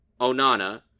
Onana